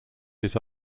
his